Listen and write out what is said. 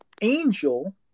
angel